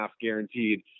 guaranteed